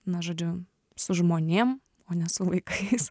na žodžiu su žmonėm o ne su vaikais